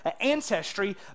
ancestry